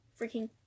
freaking